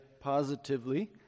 positively